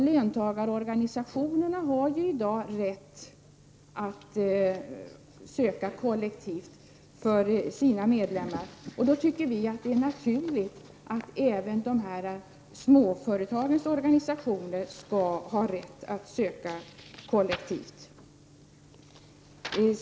Löntagarorganisationerna har i dag rätt att ansöka kollektivt för sina medlemmar. Vi tycker då att det är naturligt att även dessa småföretagsorganisationer skall ha rätt att söka kollektivt.